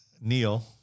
neil